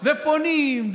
ופונים,